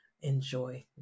enjoy